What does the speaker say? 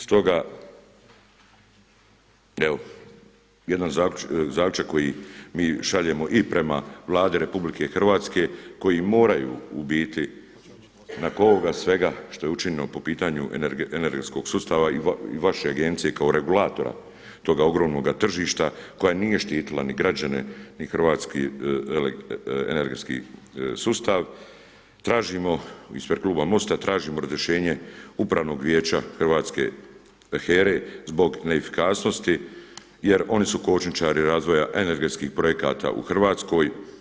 Stoga evo jedan zaključak koji mi šaljemo i prema Vladi RH koji moraju u biti nakon ovoga svega što je učinjeno po pitanju energetskog sustava i vaše agencije kao regulatora toga ogromnoga tržišta koja nije štitila ni građane ni hrvatski energetski sustav, ispred kluba MOST–a tražimo razrješenje Upravnog vijeća HERA-e zbog neefikasnosti jer oni su kočničari razvoja energetskih projekta u Hrvatskoj.